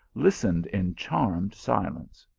listened in charmed silence.